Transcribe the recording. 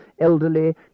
elderly